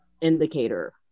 indicator